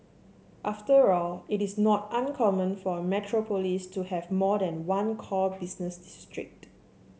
after all it is not uncommon for a metropolis to have more than one core business district